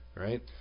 right